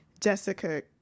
Jessica